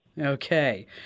Okay